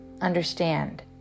understand